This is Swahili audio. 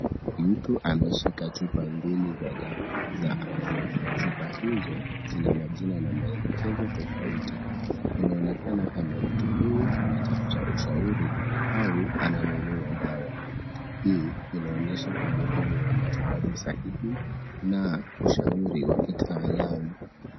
Mtu ameshika chupa mbili za dawa za afya, chupa hizo zina majina na maelekezo tofauti, inaonekana kama mtu huyu anatafuta ushauri au ananunua dawa. Hii inaonyesha umuhimu wa matibabu sahihi na ushauri wa kitaalamu.